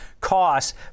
costs